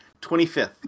25th